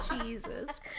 Jesus